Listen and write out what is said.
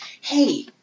Hey